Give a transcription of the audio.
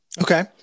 Okay